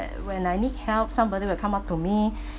when I need help somebody will come up to me